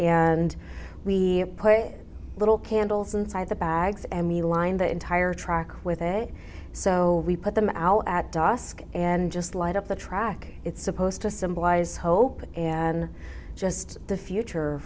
and we put little candles inside the bags and we lined the entire track with it so we put them all at dusk and just light up the track it's supposed to symbolize hope and just the future